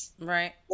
right